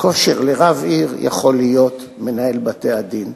כושר לרב עיר יכול להיות מנהל בתי-הדין.